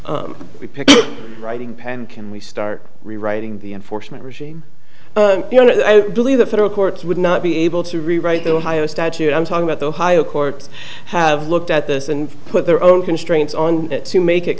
to pick writing pam can we start rewriting the enforcement regime you know believe the federal courts would not be able to rewrite the ohio statute i'm talking about the ohio courts have looked at this and put their own constraints on it to make it